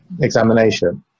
examination